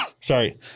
sorry